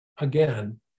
again